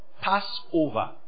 Passover